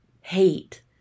hate